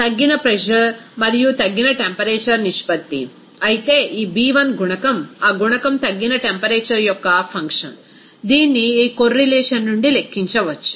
తగ్గిన ప్రెజర్ మరియు తగ్గిన టెంపరేచర్ నిష్పత్తి అయితే ఈ B1 గుణకం ఆ గుణకం తగ్గిన టెంపరేచర్ యొక్క ఫంక్షన్ దీనిని ఈ కోర్రిలేషన్ నుండి లెక్కించవచ్చు